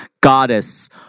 Goddess